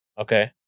Okay